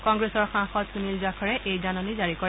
কংগ্ৰেছৰ সাংসদ সুনীল জাখৰে এই জাননী জাৰী কৰে